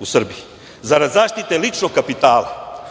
u Srbiji. Zarad zaštite ličnog kapitala,